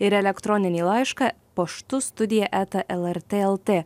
ir elektroninį laišką paštu studija eta lrt lt